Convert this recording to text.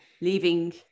leaving